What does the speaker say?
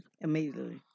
Immediately